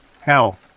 Hell